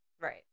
Right